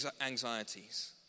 anxieties